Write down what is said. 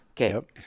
Okay